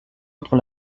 entre